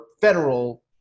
federal